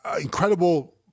incredible